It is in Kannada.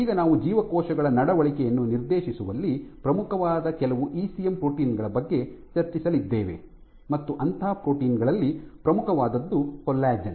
ಈಗ ನಾವು ಜೀವಕೋಶಗಳ ನಡವಳಿಕೆಯನ್ನು ನಿರ್ದೇಶಿಸುವಲ್ಲಿ ಪ್ರಮುಖವಾದ ಕೆಲವು ಇಸಿಎಂ ಪ್ರೋಟೀನ್ ಗಳ ಬಗ್ಗೆ ಚರ್ಚಿಸಲಿದ್ದೇವೆ ಮತ್ತು ಅಂತಹ ಪ್ರೋಟೀನ್ ಗಳಲ್ಲಿ ಪ್ರಮುಖವಾದದ್ದು ಕೊಲ್ಲಾಜೆನ್